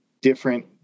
different